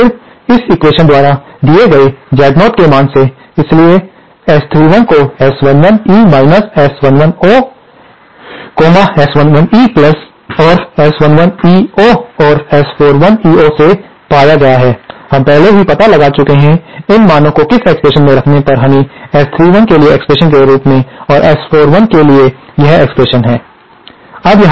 और फिर इस एक्वेशन्स द्वारा दिए गए Z0 के मान से इसलिए S31 को S11 E S11 O S11 E और S11 EO और S41EO से पाया गया है हम पहले ही पता लगा चुके हैं इन मानों को किस एक्सप्रेशन में रखने पर हमें S31 के लिए एक्सप्रेशन के रूप और S41 के लिए यह एक्सप्रेशन है